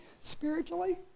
spiritually